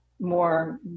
more